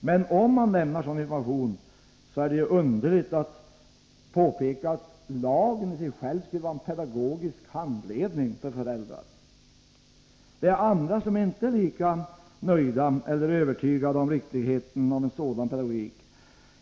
Men om man lämnar sådan information, är det ju underligt att påpeka att lagen i sig själv skulle vara en pedagogisk handledning för föräldrar. Andra är inte lika nöjda med eller övertygade om riktigheten i en sådan pedagogik.